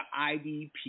IDP